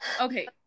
Okay